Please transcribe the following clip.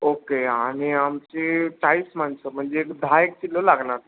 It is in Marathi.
ओके आणि आमची चाळीस माणसं म्हणजे दहा एक किलो लागणार